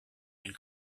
and